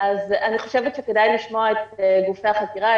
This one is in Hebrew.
כדאי לשמוע את גופי החקירה,